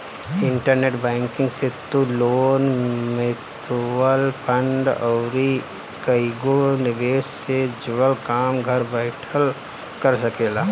internet banking से तू loan, mutual fund अउरी कईगो निवेश से जुड़ल काम घर बैठल कर सकेला